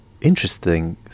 interesting